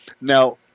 Now